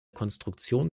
konstruktion